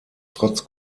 trotz